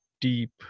deep